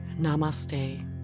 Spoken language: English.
Namaste